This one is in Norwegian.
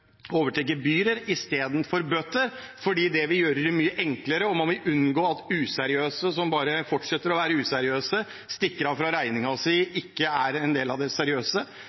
vil unngå at useriøse som bare fortsetter å være useriøse, stikker av fra regningen og ikke er en del av det seriøse.